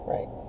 Right